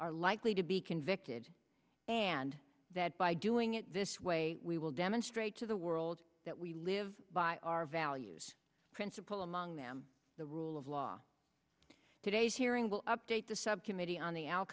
are likely to be convicted and that by doing it this way we will demonstrate to the world that we live by our values principle among them the rule of law today's hearing will update the subcommittee on the al